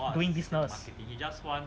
doing business